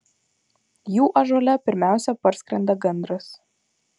jų ąžuole pirmiausia parskrenda gandras